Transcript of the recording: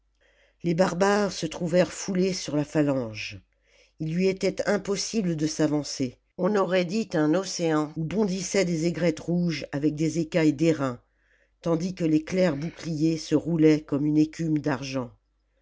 les barbares se trouvèrent foulés sur la phalange ii lui était impossible de s'avancer on aurait dit un océan oii bondissaient des aigrettes rouges avec des écailles d'airain tandis que les clairs boi'cliers se roulaient comme une écume d'argent